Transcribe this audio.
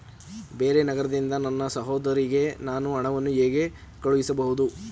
ಬೇರೆ ನಗರದಿಂದ ನನ್ನ ಸಹೋದರಿಗೆ ನಾನು ಹಣವನ್ನು ಹೇಗೆ ಕಳುಹಿಸಬಹುದು?